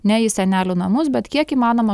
ne į senelių namus bet kiek įmanoma